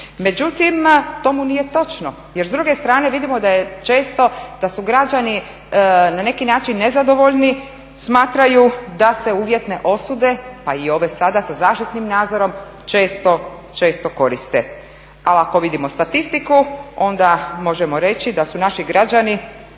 Međutim, tomu nije točno jer s druge strane vidimo da su građani na neki način nezadovoljni, smatraju da se uvjetne osude, pa i ove sada sa zaštitnim nadzorom često koriste. Ali ako vidimo statistiku onda možemo reći da su naši građani